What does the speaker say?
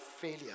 failure